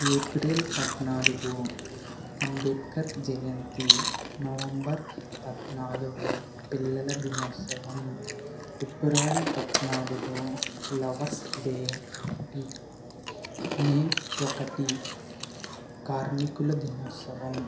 April పధ్నాలుగు అంబేద్కర్ జయంతి November పధ్నాలుగు పిల్లల దినోత్సవం ఫిబ్రవరి పధ్నాలుగు లవర్స్ డే మే ఒకటి కార్మికుల దినోత్సవం